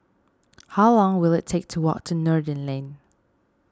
how long will it take to walk to Noordin Lane